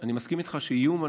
אני מסכים איתך שאיום,